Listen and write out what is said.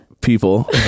people